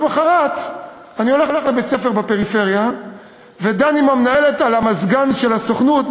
ולמחרת אני הולך לבית-ספר בפריפריה ודן עם המנהלת על המזגן של הסוכנות,